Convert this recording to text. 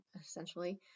essentially